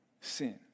sin